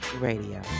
Radio